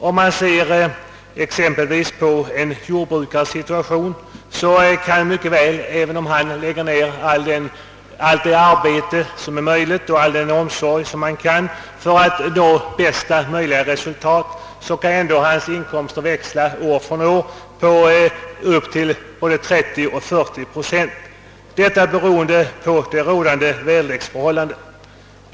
Om man exempelvis ser på en jordbrukares situation kan hans inkomster, även om han lägger ned allt det arbete som är möjligt och all den omsorg som han kan för att nå bästa möjliga resultat, växla år från år på upp till 30—40 procent. Detta beroende på rådande väderleksförhållanden.